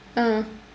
mm